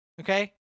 okay